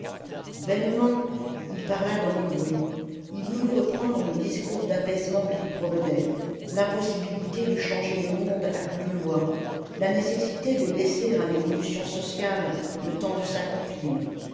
vainement il parla dans le bruit il voulut reprendre le discours d'apaisement qu'il promenait l'impossibilité de changer le monde à coups de lois la nécessité de laisser à l'évolution sociale le temps de s'accomplir